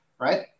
right